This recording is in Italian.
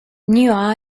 new